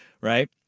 Right